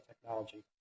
technology